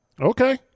Okay